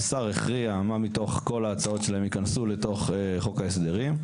והשר הכריע מה מתוך כל ההצעות שלהם ייכנסו לתוך חוק ההסדרים.